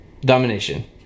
Domination